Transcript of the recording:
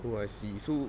oh I see so